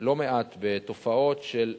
לא מעט בתופעות של אנשים,